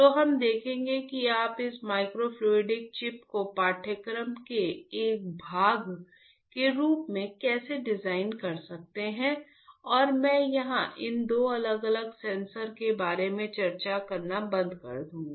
तो हम देखेंगे कि आप इस माइक्रोफ्लूडिक चिप को पाठ्यक्रम के एक भाग के रूप में कैसे डिजाइन कर सकते हैं और मैं यहां इन दो अलग अलग सेंसर के बारे में चर्चा करना बंद कर दूंगा